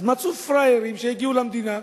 אז מצאו פראיירים שיגיעו למדינה,